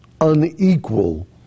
unequal